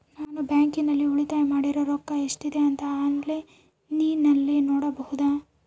ನಾನು ಬ್ಯಾಂಕಿನಲ್ಲಿ ಉಳಿತಾಯ ಮಾಡಿರೋ ರೊಕ್ಕ ಎಷ್ಟಿದೆ ಅಂತಾ ಆನ್ಲೈನಿನಲ್ಲಿ ನೋಡಬಹುದಾ?